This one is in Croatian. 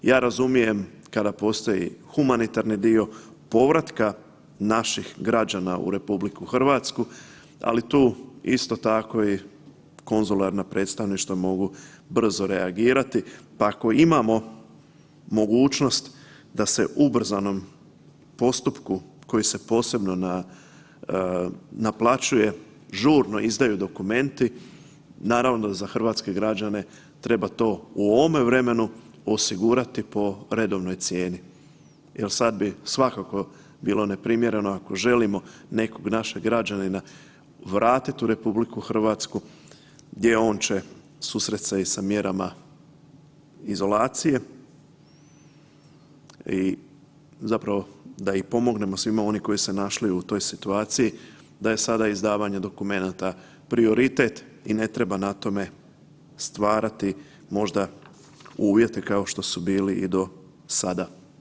Ja razumijem kada postoji humanitarni dio povratka naših građana u RH, ali tu isto tako i konzularna predstavništva mogu brzo reagirati pa ako imamo mogućnost da se ubrzanom postupku koji se posebno naplaćuje žurno izdaju dokumenti, naravno da za hrvatske građane treba to u ovome vremenu osigurati po redovnoj cijeni jer sad bi svakako bilo neprimjereno ako želimo nekog našeg građanina vratiti u RH gdje on će susrest se i sa mjerama izolacije i zapravo da i pomognemo svima onima koji su se našli u toj situaciji da je sada izdavanje dokumenata prioritet i ne treba na tome stvarati možda uvjete kao što su bili i do sada.